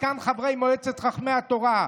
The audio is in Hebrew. זקן חברי מועצת חכמי התורה,